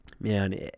man